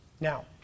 Now